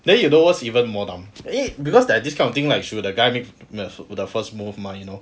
then you know what's even more dumb because that this kind of thing like should the guy make the first move mah you know